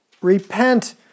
Repent